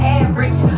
average